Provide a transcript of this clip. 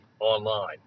online